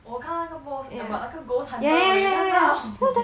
我看到那个 post about 那个 ghost hunter 的我有看到